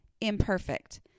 imperfect